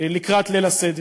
לקראת ליל הסדר.